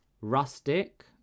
rustic